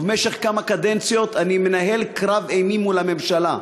ובמשך כמה קדנציות אני מנהל קרב אימים מול הממשלה.